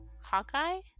Hawkeye